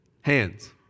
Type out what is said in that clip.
Hands